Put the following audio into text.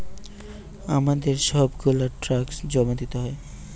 আমাদের সব গুলা ট্যাক্স জমা দিতে হয়